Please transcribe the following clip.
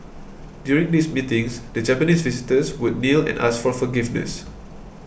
during these meetings the Japanese visitors would kneel and ask for forgiveness